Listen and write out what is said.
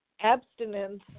abstinence